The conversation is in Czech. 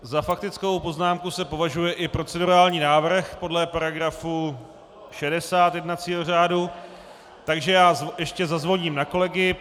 Za faktickou poznámku se považuje i procedurální návrh podle § 60 jednacího řádu, takže ještě zazvoním na kolegy.